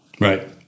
Right